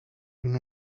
una